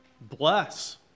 Bless